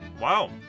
Wow